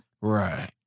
Right